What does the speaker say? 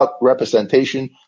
representation